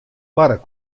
barre